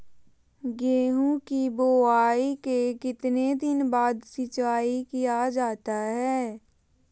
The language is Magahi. गेंहू की बोआई के कितने दिन बाद सिंचाई किया जाता है?